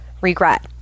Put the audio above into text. regret